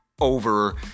over